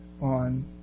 on